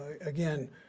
Again